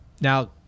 now